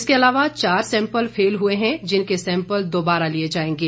इसके अलावा चार सैंपल फेल हुए हैं जिनके सैंपल दोबारा लिए जाएंगे